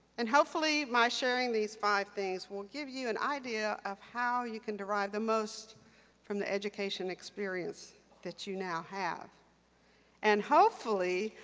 and hopefully my sharing these five things will give you an idea of how you can derive the most from the education experience that you now have and hopefully,